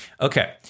Okay